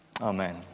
Amen